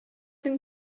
them